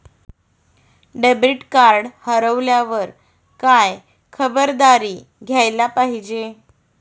Debit card हरवल्यावर काय खबरदारी घ्यायला पाहिजे?